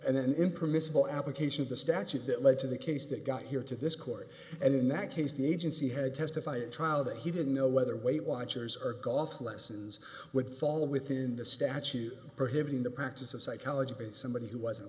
and then impermissible application of the statute that led to the case that got here to this court and in that case the agency had testified at trial that he didn't know whether weight watchers or golf lessons would fall within the statute prohibiting the practice of psychology and somebody who wasn't